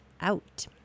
out